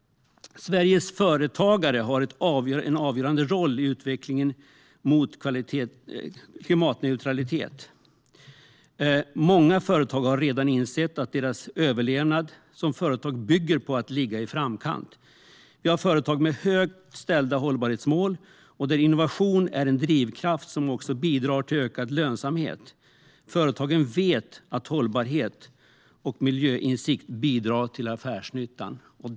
Sveriges företagare har en avgörande roll i utvecklingen mot klimatneutralitet. Många företagare har redan insett att deras överlevnad som företag bygger på att ligga i framkant. Vi har företag med högt ställda hållbarhetsmål, där innovation är en drivkraft som också bidrar till ökad lönsamhet. Företagen vet att hållbarhet och miljöinsikt bidrar till affärsnyttan.